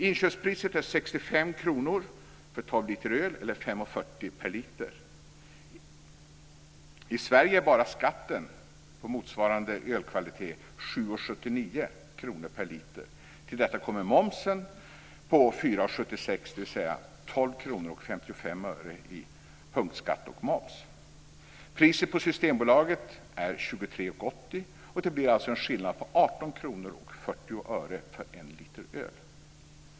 Inköpspriset är 65 kr för 12 Till detta kommer momsen på ca 4:76 kr. Det gör Priset på Systembolaget är 23:80 kr. Det blir alltså en skillnad på 18:40 kr för en liter öl.